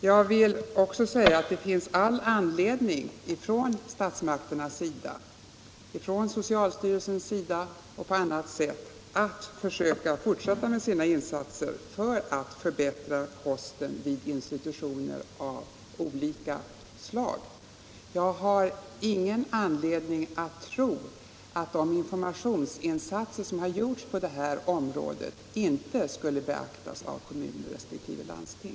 Jag vill också säga att det finns all anledning för statsmakterna — från socialstyrelsens sida och på annat sätt — att försöka fortsätta med insatserna för att förbättra kosten vid institutioner av olika slag. Jag har ingen anledning att tro att de informationsinsatser som har gjorts på det här området inte skulle beaktas av kommuner resp. landsting.